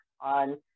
on